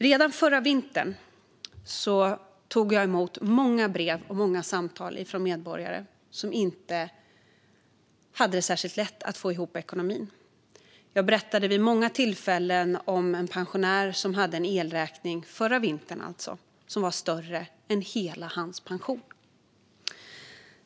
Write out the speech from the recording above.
Redan förra vintern tog jag emot många brev och samtal från medborgare som inte hade lätt att få ihop ekonomin. Jag berättade vid många tillfällen om en pensionär som då hade en elräkning som var större än hela hans pension.